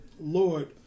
lord